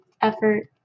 effort